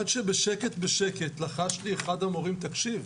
עד שבשקט-בשקט לחש לי אחד המורים: תקשיב,